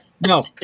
No